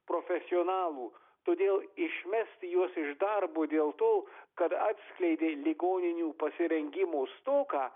profesionalų todėl išmesti juos iš darbo dėl to kad atskleidė ligoninių pasirengimų stoką